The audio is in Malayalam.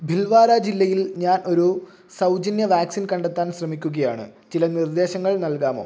ഭിൽവാര ജില്ലയിൽ ഞാൻ ഒരു സൗജന്യ വാക്സിൻ കണ്ടെത്താൻ ശ്രമിക്കുകയാണ് ചില നിർദ്ദേശങ്ങൾ നൾകാമോ